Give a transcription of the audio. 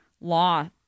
law